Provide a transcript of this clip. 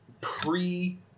pre